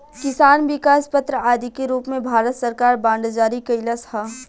किसान विकास पत्र आदि के रूप में भारत सरकार बांड जारी कईलस ह